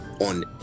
on